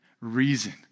reason